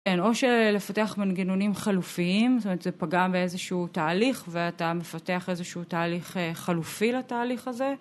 כן, או שלפתח מנגנונים חלופיים, זאת אומרת, זה פגע באיזשהו תהליך ואתה מפתח איזשהו תהליך חלופי לתהליך הזה.